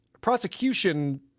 prosecution